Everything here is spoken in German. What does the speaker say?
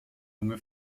junge